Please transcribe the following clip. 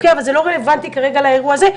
אבל זה לא רלוונטי כרגע לאירוע הזה,